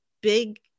big